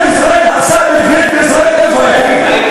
מדינת ישראל הרסה בית-כנסת בישראל, איפה?